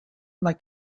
like